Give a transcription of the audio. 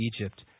Egypt